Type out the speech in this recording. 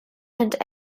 and